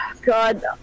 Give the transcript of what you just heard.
God